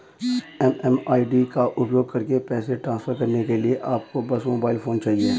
MMID का उपयोग करके पैसे ट्रांसफर करने के लिए आपको बस मोबाइल फोन चाहिए